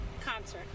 concert